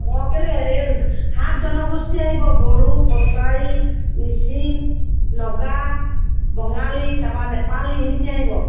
অঁ কেলেই এই সাত জনগোষ্ঠী আহিব বড়ো কছাৰী মিচিং নগা বঙালী তাৰপৰা নেপালী সেইখিনি আহিব